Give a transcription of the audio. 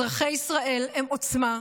אזרחי ישראל הם עוצמה,